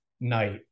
night